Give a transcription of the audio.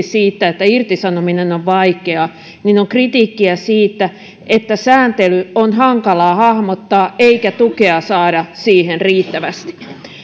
siitä että irtisanominen on vaikeaa on kritiikkiä siitä että sääntely on hankalaa hahmottaa eikä tukea saada siihen riittävästi